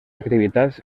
activitats